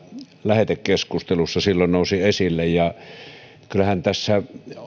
lähetekeskustelussa silloin nousi esille kyllähän tässä on